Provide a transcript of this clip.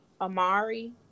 Amari